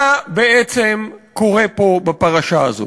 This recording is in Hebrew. מה בעצם קורה פה בפרשה הזאת?